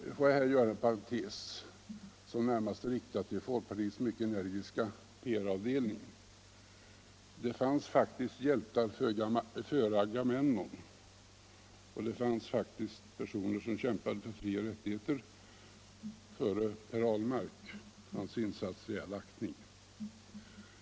Får jag Nr 12 här göra en parentes, som närmast är riktad till folkpartiets mycket ener Onsdagen den giska PR-avdelning. Det fanns faktiskt hjältar före Agamemnon, och 29 oktober 1975 det fanns faktiskt personer som kämpade för frioch rättigheter före herr Ahlmark — hans insatser i all ära.